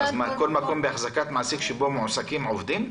כל מקום בהחזקת מעסיק, שבו מועסקים עובדים?